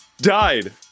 died